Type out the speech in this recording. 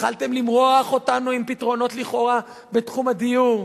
התחלתם למרוח אותנו עם פתרונות לכאורה בתחום הדיור.